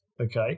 Okay